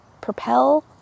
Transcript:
propel